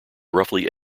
roughly